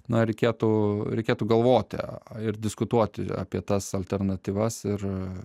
na reikėtų reikėtų galvoti ir diskutuoti apie tas alternatyvas ir